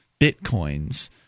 bitcoins